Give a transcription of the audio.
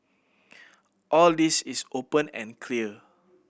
all this is open and clear